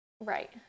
Right